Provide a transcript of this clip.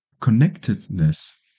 Connectedness